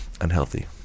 unhealthy